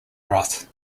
roth